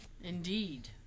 Indeed